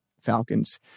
Falcons